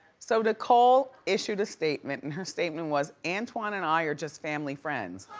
so nicole issued a statement and her statement was, antoine and i are just family friends.